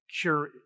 cure